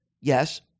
Yes